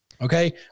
okay